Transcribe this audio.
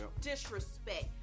disrespect